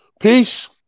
Peace